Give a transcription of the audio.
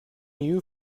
you